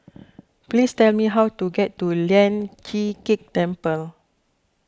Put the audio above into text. please tell me how to get to Lian Chee Kek Temple